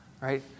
Right